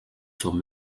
zur